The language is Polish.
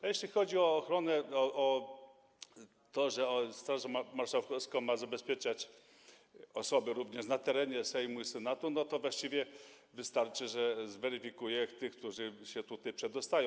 A jeśli chodzi o ochronę, o to, że Straż Marszałkowska ma zabezpieczać osoby również na terenie Sejmu i Senatu, to właściwie wystarczy, że zweryfikuje tych, którzy się tutaj przedostają.